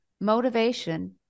Motivation